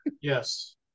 Yes